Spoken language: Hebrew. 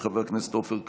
של חבר הכנסת עופר כסיף,